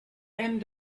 and